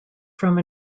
from